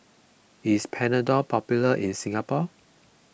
is Panadol popular in Singapore